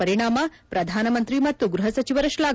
ಪರಿಣಾಮ ಪ್ರಧಾನಮಂತ್ರಿ ಮತ್ತು ಗ್ವಹ ಸಚಿವರ ಶ್ವಾಘನೆ